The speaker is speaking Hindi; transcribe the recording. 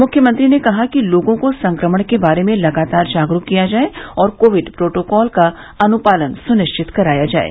मुख्यमंत्री ने कहा कि लोगों को संक्रमण के बारे में लगातार जागरूक किया जाये और कोविड प्रोटोकाल का अनुपालन सुनिश्चित कराया जाये